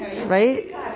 right